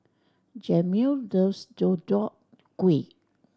Jameel loves Deodeok Gui